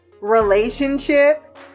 relationship